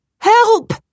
Help